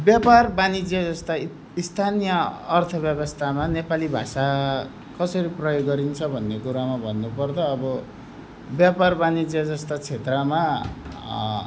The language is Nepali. व्यापार वाणिज्य जस्ता स्थानीय अर्थव्यवस्थामा नेपाली भाषा कसरी प्रयोग गरिन्छ भन्ने कुरामा भन्नुपर्दा अब व्यापार वाणिज्य जस्ता क्षेत्रमा